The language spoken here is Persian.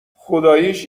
خداییش